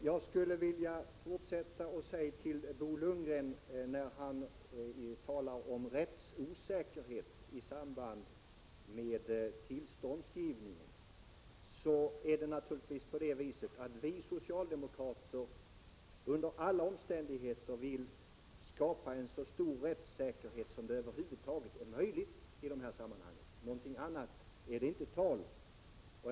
Jag skulle vilja fortsätta att säga till Bo Lundgren, att när han talar om rättsosäkerhet i samband med tillståndsgivningen, då är det naturligtvis på det viset att vi socialdemokrater under alla omständigheter vill skapa en så stor rättssäkerhet som det över huvud taget är möjligt i de här sammanhangen. Någonting annat är det inte tal om.